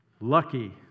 Lucky